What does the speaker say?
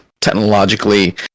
technologically